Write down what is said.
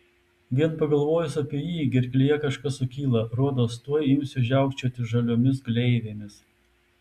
vien pagalvojus apie jį gerklėje kažkas sukyla rodos tuoj imsiu žiaukčioti žaliomis gleivėmis